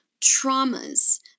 traumas